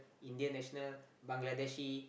Indian national Bangladeshi